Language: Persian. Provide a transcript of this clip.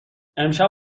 امشب